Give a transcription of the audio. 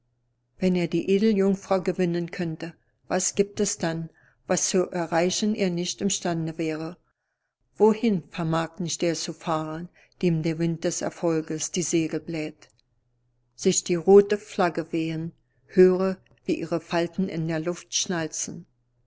wenn er die edeljungfrau gewinnen könnte was gibt es dann was zu erreichen er nicht imstande wäre wohin vermag nicht der zu fahren dem der wind des erfolges die segel bläht sich die rote flagge wehen höre wie ihre falten in der luft schnalzen